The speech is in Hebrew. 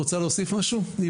את רוצה להוסיף משהו?